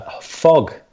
fog